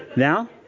Now